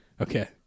Okay